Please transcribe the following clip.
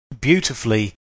beautifully